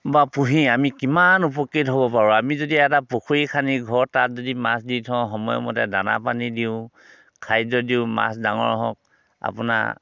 বা পুহি আমি কিমান উপকৃত হ'ব পাৰোঁ আমি যদি এটা পুখুৰী খান্দি ঘৰত তাত যদি মাছ দি থওঁ সময়মতে দানা পানী দিওঁ খাদ্য দিওঁ মাছ ডাঙৰ হওক আপোনাৰ